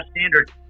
standard